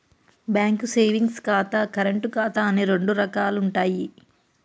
bank savings ఖాతా, current ఖాతా అని రెండు రకాలుంటయ్యి